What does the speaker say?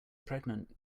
pregnant